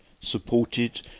supported